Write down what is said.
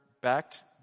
backed